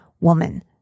woman